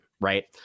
right